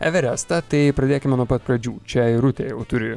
everestą tai pradėkime nuo pat pradžių čia irutė jau turi